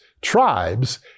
tribes